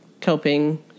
coping